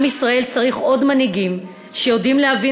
עם ישראל צריך עוד מנהיגים שיודעים להבין